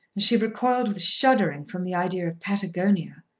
and she recoiled with shuddering from the idea of patagonia.